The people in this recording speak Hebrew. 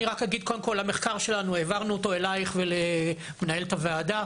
רק אגיד שהעברנו את המחקר שלנו אלייך ואל מנהלת הוועדה,